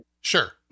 Sure